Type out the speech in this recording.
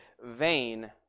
vain